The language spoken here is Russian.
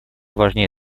важнее